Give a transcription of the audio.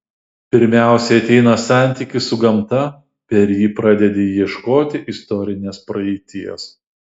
pirmiausia ateina santykis su gamta per jį pradedi ieškoti istorinės praeities